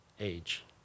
age